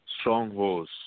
strongholds